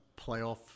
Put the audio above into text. playoff